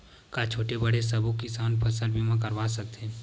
का छोटे बड़े सबो किसान फसल बीमा करवा सकथे?